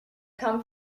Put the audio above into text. come